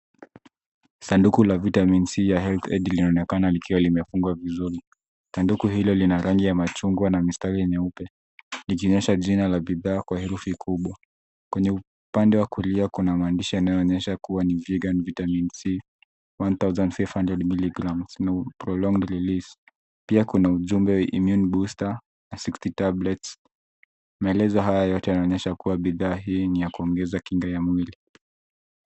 Sanduku la Vitamin C ya Health Aid linaonekana likiwa limefungwa vizuri. Sanduku hilo lina rangi ya machungwa na mistari nyeupe likionyesha jina la bidhaa kwa herufi kubwa. Kwenye upande wa kulia kuna maandishi yanayoonyesha kuwa ni Vegan Vitamin C 1500mg Prolonged Release . Pia kuna ujumbe Immune Booster ya 60 Tablets . Maelezo haya yote yanaonyesha kuwa bidhaa hii ni ya kuongeza kinga ya mwili.